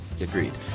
agreed